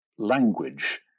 Language